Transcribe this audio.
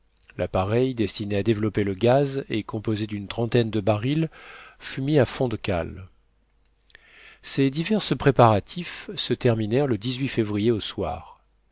l'appareil destiné à développer le gaz et composé d'une trentaine de barils fut mis à fond de cale ces divers préparatifs se terminèrent le février au soir